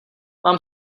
mám